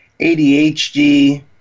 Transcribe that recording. ADHD